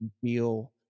feel